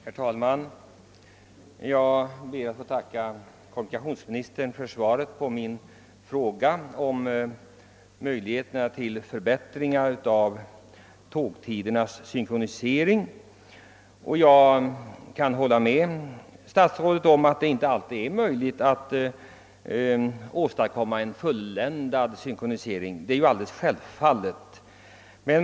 Herr talman! Jag ber att få tacka kommunikationsministern för svaret på min fråga om möjligheterna till förbättringar av tågtidernas synkronisering. Jag kan hålla med om att det inte är möjligt att åstadkomma en fulländad synkronisering. Det är ju självfallet.